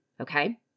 okay